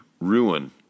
ruin